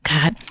God